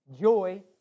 Joy